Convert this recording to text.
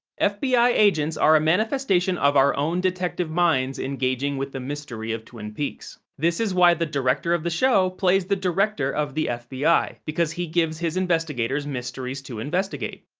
ah fbi agents are a manifestation of our own detective minds engaging with the mystery of twin peaks. this is why the director of the show plays the director of the fbi, because he gives his investigators mysteries to investigate.